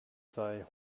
sei